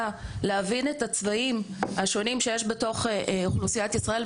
להבין את הצבעים השונים שיש בתוך אוכלוסיית ישראל,